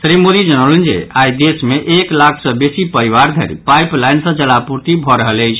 श्री मोदी जनौलनि जे आई देश मे एक लाख सँ बेसी परिवार धरि पाईपलाईन सँ जलापूर्ति भऽ रहल अछि